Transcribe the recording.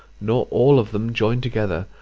nor all of them joined together,